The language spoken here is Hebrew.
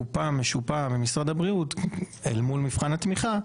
בסוף הקופה משופה ממשרד הבריאות אל מול מבחן התמיכה,